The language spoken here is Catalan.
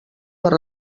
per